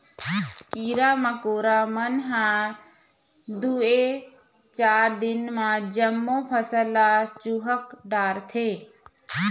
कीरा मकोरा मन ह दूए चार दिन म जम्मो फसल ल चुहक डारथे